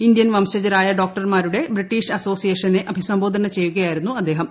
Indian വംശജരായ ഡോക്ടർമാരുടെ British അസ്സോസിയേഷനെ അഭിസംബോധന ചെയ്യുകയായിരുന്നു അദ്ദേഹം